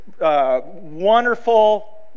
wonderful